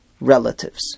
relatives